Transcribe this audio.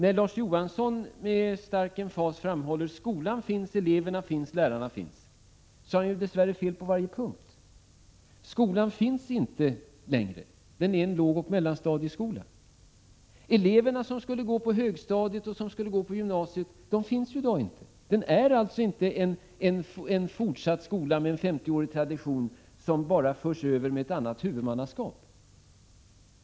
När Larz Johansson med stark emfas framhåller att skolan finns, elverna finns, lärarna finns, har han dess värre fel på varje punkt. Den skolan finns inte längre. Den är en lågoch mellanstadieskola. Eleverna som skulle gå på högstadiet och på gymnasiet finns i dag inte. Detta är alltså inte en fortsatt skola med 50-årig tradition som bara förts över till ett annat huvudmannaskap.